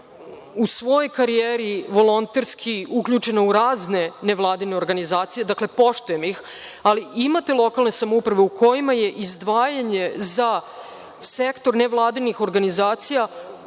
u svojoj karijeri volonterski uključena u razne nevladine organizacije, dakle poštujem ih, ali imate lokalne samouprave u kojima je izdvajanje za sektor nevladinih organizacija